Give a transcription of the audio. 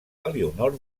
elionor